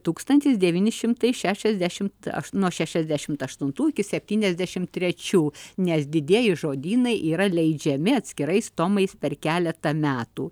tūkstantis devyni šimtai šešiasdešimt nuo šešiasdešimt aštuntų iki septyniasdešimt trečių nes didieji žodynai yra leidžiami atskirais tomais per keletą metų